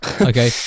Okay